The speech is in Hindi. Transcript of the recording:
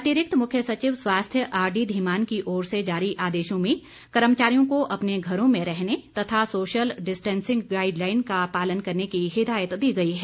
अतिरिक्त मुख्य सचिव स्वास्थ्य आरडी धीमान की ओर से जारी आदेशों में कर्मचारियों को अपने घरों में रहने तथा सोशल डिस्टेंसिंग गाईडलाइन का पालन करने की हिदायत दी गई है